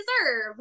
deserve